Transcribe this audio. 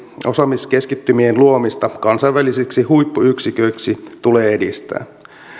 osaamiskeskittymien luomista kansainvälisiksi huippuyksiköiksi tulee edistää